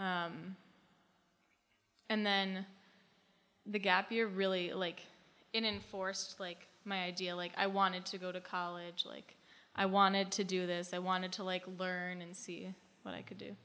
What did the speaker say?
and then the gap you're really like in in force like i wanted to go to college like i wanted to do this i wanted to like learn and see what i could do